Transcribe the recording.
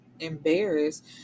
Embarrassed